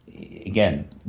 Again